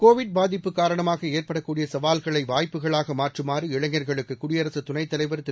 Covid பாதிப்பு காரணமாக ஏற்படக்கூடிய சவால்களை வாய்ப்புகளாக மாற்றுமாறு இளைஞர்களுக்கு குடியரசு துணைத்தலைவர் திரு